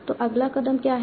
तो अगला कदम क्या है